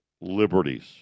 Liberties